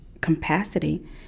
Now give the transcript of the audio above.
capacity